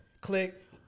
Click